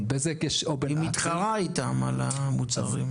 היא מתחרה איתם על המוצרים.